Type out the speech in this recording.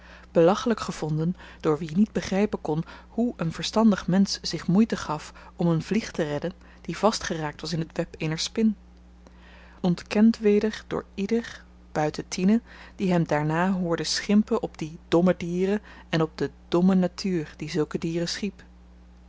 belachelyk gevonden door wie niet begrypen kon hoe een verstandig mensch zich moeite gaf om een vlieg te redden die vastgeraakt was in het web eener spin ontkend weder door ieder buiten tine die hem daarna hoorde schimpen op die domme dieren en op de domme natuur die zulke dieren schiep